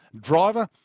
driver